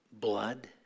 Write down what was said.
blood